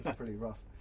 pretty rough.